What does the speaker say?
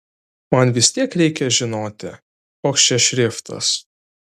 man vis tiek reikia žinoti koks čia šriftas